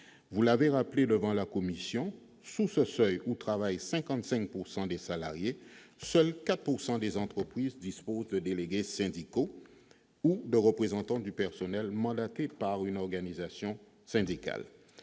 Vous l'avez rappelé devant la commission, « sous ce seuil, où travaillent 55 % des salariés, seulement 4 % des entreprises disposent de délégués syndicaux ou de représentants du personnel mandatés par une organisation syndicale,